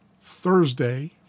Thursday